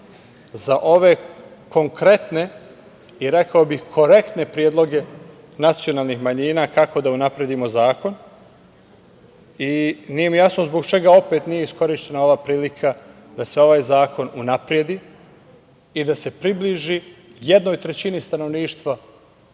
za ove konkretne i rekao bih korektne predloge nacionalnih manjina kako da unapredimo zakon i nije mi jasno zbog čega opet nije iskorišćena ova prilika da se ovaj zakon unapredi i da se približi jednoj trećini stanovništva